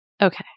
Okay